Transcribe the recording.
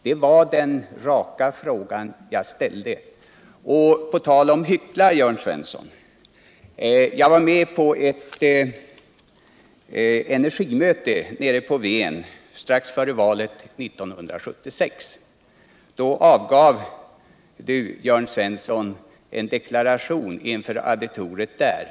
Det var en rak fråga om detta som jag ställde. På tal om att hyvckla, Jörn Svensson, vill jag nämna att jag deltog i ett energimöte på Ven strax före valet 1976. Då avgav Jörn Svensson en deklaration inför auditoriet där.